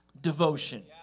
devotion